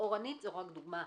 אורנית זו רק דוגמה.